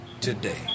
today